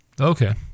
okay